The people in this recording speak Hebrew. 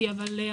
מול החינוך,